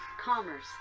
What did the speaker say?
commerce